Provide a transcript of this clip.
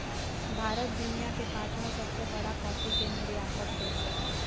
भारत दुनिया के पांचवां सबसे बड़ा कॉफ़ी के निर्यातक देश हइ